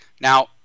Now